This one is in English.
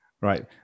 Right